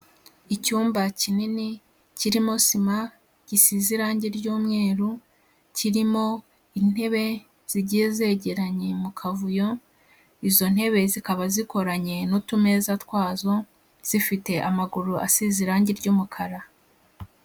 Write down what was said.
Icyumba kinini kirimo sima, gisize irangi ry'umweru kirimo intebe zigiye zegeranye mu kavuyo, izo ntebe zikaba zikoranye n'utumeza twazo zifite amaguru asize irangi ry'umukara.